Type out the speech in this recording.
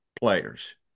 players